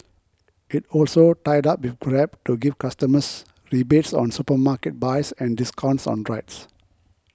it also tied up with Grab to give customers rebates on supermarket buys and discounts on rides